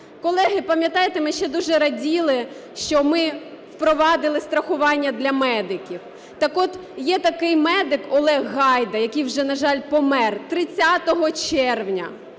Колеги, пам'ятаєте, ми ще дуже раділи, що ми впровадили страхування для медиків? Так от, є такий медик Олег Гайда, який вже, на жаль, помер 30 червня,